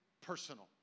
personal